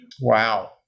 Wow